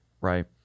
Right